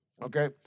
Okay